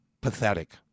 pathetic